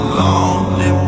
lonely